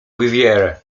vivere